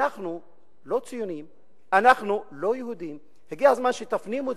להשמיע קול מחאה,